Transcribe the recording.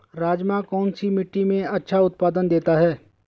राजमा कौन सी मिट्टी में अच्छा उत्पादन देता है?